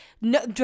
no